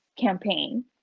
campaign